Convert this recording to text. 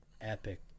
epic